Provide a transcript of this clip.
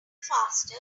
faster